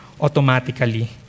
automatically